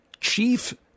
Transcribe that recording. chief